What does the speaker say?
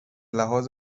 لحاظ